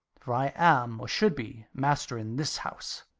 for i am, or should be, master in this house!